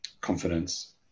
confidence